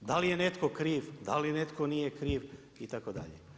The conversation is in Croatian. Da li je netko kriv, da li netko nije kriv itd.